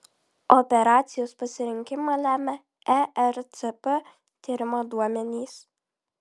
operacijos pasirinkimą lemia ercp tyrimo duomenys